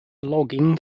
logging